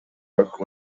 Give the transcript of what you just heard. work